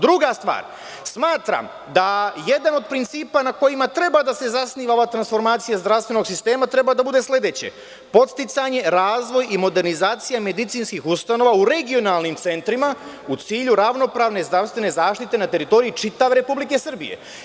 Druga stvar, smatram da jedan od principa na kojima treba da se zasniva ova transformacija zdravstvenog sistema treba da bude sledeće – podsticanje, razvoj i modernizacija medicinskih ustanova u regionalnim centrima u cilju ravnopravne zdravstvene zaštite na teritoriji čitave Republike Srbije.